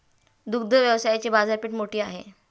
दुग्ध व्यवसायाची बाजारपेठ मोठी आहे